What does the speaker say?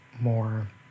more